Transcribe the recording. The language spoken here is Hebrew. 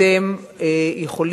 אתם,